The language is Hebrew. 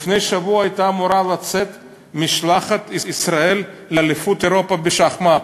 לפני שבוע הייתה אמורה לצאת משלחת ישראל לאליפות אירופה בשחמט.